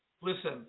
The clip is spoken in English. Listen